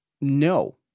No